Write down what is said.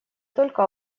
только